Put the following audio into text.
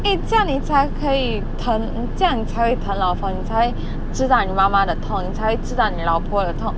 eh 这样你才可以疼这样你才疼老婆你才知道你妈妈的痛你才知道你老婆的痛